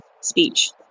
speech